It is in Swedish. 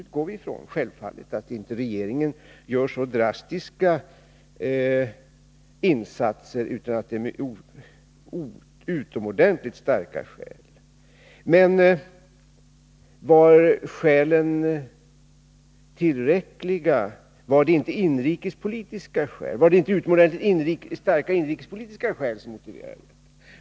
Ja, visst — vi utgår självfallet ifrån att regeringen inte gör sådana drastiska insatser utan att det föreligger utomordentligt starka skäl. Men var de tillräckliga? Var det inte utomordentligt starka inrikespolitiska skäl som var motivet?